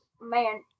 man